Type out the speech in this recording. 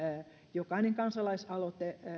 jokainen kansalaisaloite